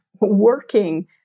working